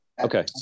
Okay